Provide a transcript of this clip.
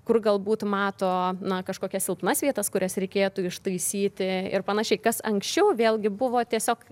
kur galbūt mato na kažkokia silpnas vietas kurias reikėtų ištaisyti ir pan kas anksčiau vėlgi buvo tiesiog